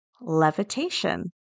levitation